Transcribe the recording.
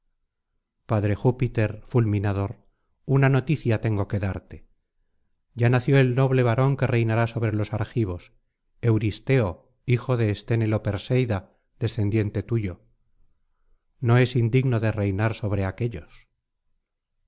padre júpiter fulminador una noticia tengo quedarte ya nació el noble varón que reinará sobre los argivos euristeo hijo de esténelo perseida descendiente tuyo no es indigno de reinar sobre aquéllos